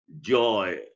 joy